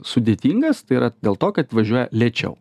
sudėtingas tai yra dėl to kad važiuoja lėčiau